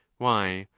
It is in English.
why,